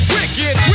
Wicked